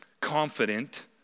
confident